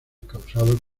causados